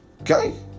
Okay